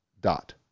dot